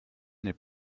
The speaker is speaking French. n’est